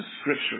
Scripture